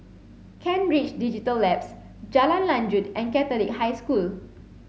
Kent Ridge Digital Labs Jalan Lanjut and Catholic High School